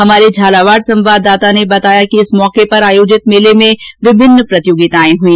हमारे झालावाड़ सवाददाता ने बताया कि इस मौके पर आयोजित मेले में विभिन्न प्रतियोगिताएं हुई